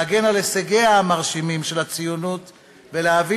להגן על הישגיה המרשימים של הציונות ולהביא